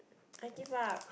I give up